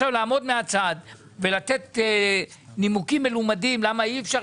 לעמוד מהצד ולתת נימוקים מלומדים למה אי אפשר